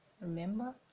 remember